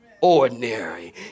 ordinary